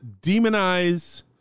demonize